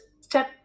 step